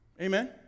Amen